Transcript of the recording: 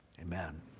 amen